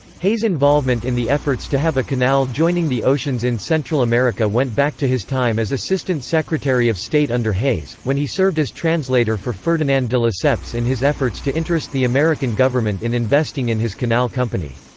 hay's involvement in the efforts to have a canal joining the oceans in central america went back to his time as assistant secretary of state under hayes, when he served as translator for ferdinand de lesseps in his efforts to interest the american government in investing in his canal company.